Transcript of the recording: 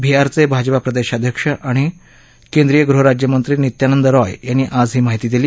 बिहारचे भाजपा प्रदेशाध्यक्ष आणि गृहराज्यमंत्री नित्यानंद रॉय यांनी आज ही माहिती दिली